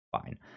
fine